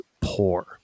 poor